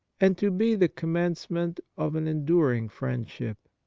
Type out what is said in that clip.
and to be the com mencement of an enduring friendship.